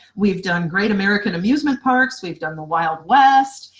we've done great american amusement parks, we've done the wild west.